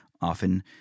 often